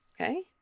okay